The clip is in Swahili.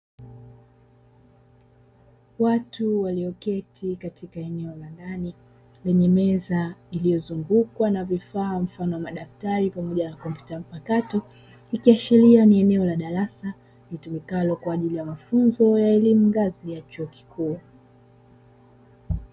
Watu walio keti katika eneo la ndani lenye meza iliyozungukwa na vifaa mfano wa madaftari pamoja na kompyuta mpakato ikiashilia ni eneo la darasa litumikalo kwa ajiri ya mafunzo ya elimu ngazi ya huo kikuu.